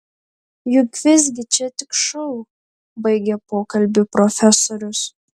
juk visgi čia tik šou baigė pokalbį profesorius